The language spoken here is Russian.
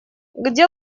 где